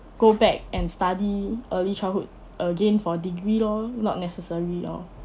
go back and study early childhood again for degree lor not necessary lor